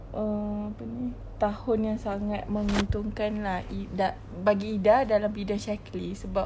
err apa ini tahun yang sangat menguntungkan lah ida bagi ida dalam bidang Shaklee sebab